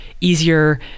easier